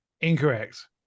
Incorrect